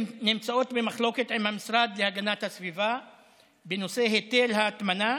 נמצאות במחלוקת עם המשרד להגנת הסביבה בנושא היטל ההטמנה